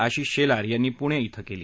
अशिष शेलार यांनी पुणे येथे केली